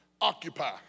occupy